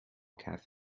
cafe